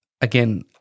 again